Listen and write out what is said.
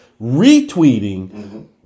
retweeting